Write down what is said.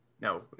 No